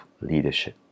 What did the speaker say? leadership